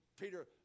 Peter